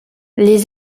les